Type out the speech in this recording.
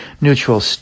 neutral